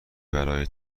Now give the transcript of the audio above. برای